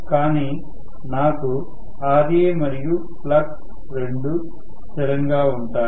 కాని నాకు Ra మరియు ఫ్లక్స్ రెండూ స్థిరంగా ఉంటాయి